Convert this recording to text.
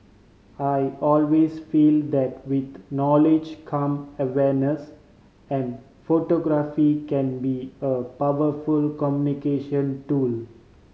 I always feel that with knowledge come awareness and photography can be a powerful communication tool